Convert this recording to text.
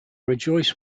rejoiced